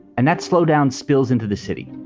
and that slow down spills into the city.